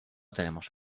tenemos